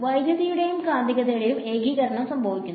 വൈദ്യുതിയുടെയും കാന്തികതയുടെയും ഏകീകരണം സംഭവിക്കുന്നു